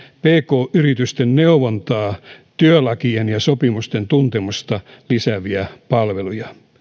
pk yritysten neuvontaa työlakien ja sopimusten tuntemusta lisääviä palveluja